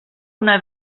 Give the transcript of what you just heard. una